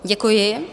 Děkuji.